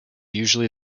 usually